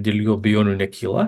dėl jų abejonių nekyla